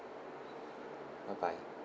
bye bye